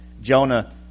Jonah